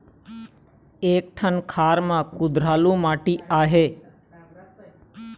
एक ठन खार म कुधरालू माटी आहे?